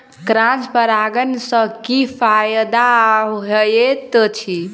Cross परागण सँ की फायदा हएत अछि?